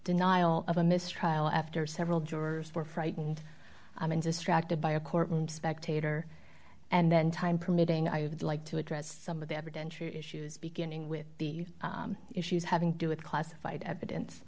denial of a mistrial after several jurors were frightened i mean distracted by a courtroom spectator and then time permitting i would like to address some of the ever denture issues beginning with the issues having to do with classified evidence